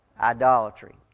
Idolatry